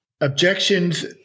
objections